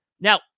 Now